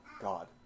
God